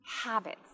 Habits